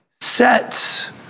sets